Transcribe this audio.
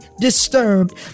disturbed